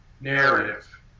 narrative